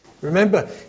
Remember